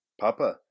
Papa